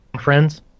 Friends